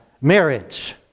marriage